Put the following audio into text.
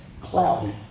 cloudy